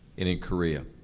in in korea.